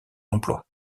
emploi